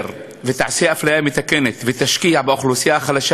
תעשה אפליה מתקנת ותשקיע באוכלוסייה החלשה